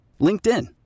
LinkedIn